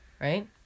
Right